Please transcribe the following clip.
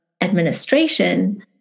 administration